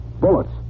Bullets